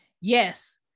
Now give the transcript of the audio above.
yes